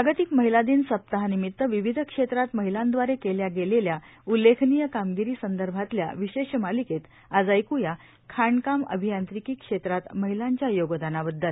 जागतिक महिला दिन सप्ताहानिमित विविध क्षेत्रात महीलांदवारे केल्या गेलेल्या उल्लेखनीय कामगिरी संदर्भातल्या विशेष मालिकेत आज ऐक्या खाणकाम अभियांत्रिकी क्षेत्रात महीलांच्या योगदानाबददल